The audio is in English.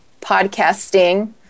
podcasting